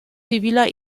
ziviler